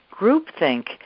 groupthink